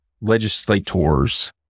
legislators